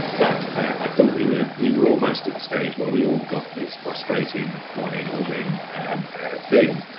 but i thought we were we were almost at the stage where we all got this frustrating one in, all in thing,